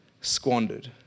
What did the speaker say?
squandered